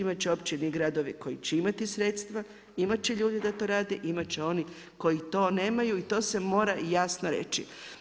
Imate će općine i gradovi koji će imati sredstva, imati će ljudi da to rade i imati će oni koji to nemaju i to se mora jasno reći.